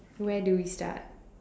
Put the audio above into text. where do we start